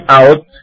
out